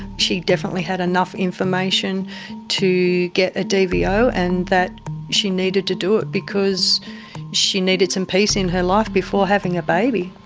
she definitely had enough information to get a dvo and that she needed to do it because she needed some peace in her life before having a baby.